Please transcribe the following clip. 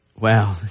Wow